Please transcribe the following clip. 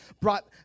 brought